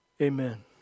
Amen